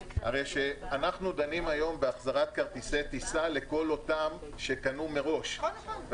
הרי שאנחנו דנים היום בהחזרת כרטיסי טיסה לכל אותם אנשים שקנו מראש.